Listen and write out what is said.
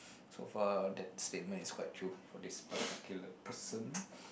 so far that statement is quite true for this particular person